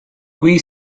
qui